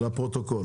לפרוטוקול.